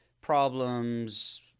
problems